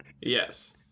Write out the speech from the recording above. Yes